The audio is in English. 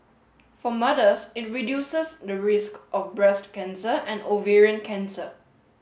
for mothers it reduces the risk of breast cancer and ovarian cancer